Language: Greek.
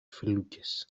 φελούκες